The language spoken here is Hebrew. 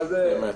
אמת.